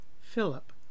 Philip